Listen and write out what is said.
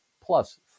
plus